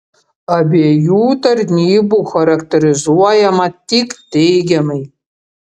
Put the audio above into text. abiejų tarnybų charakterizuojama tik teigiamai